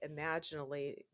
imaginally